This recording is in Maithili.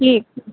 की